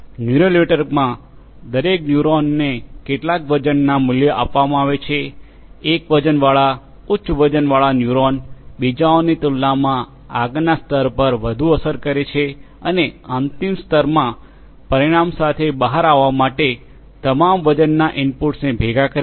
neural નેટવર્કમાં દરેક ન્યુરોનને કેટલાક વજનના મૂલ્યો આપવામાં આવે છે એક વજનવાળા ઉચ્ચ વજનવાળા ન્યુરોન બીજાઓની તુલનામાં આગળના સ્તર પર વધુ અસર કરે છે અને અંતિમ સ્તરમાં પરિણામ સાથે બહાર આવવા માટે તમામ વજનના ઇનપુટ્સને ભેગા કરે છે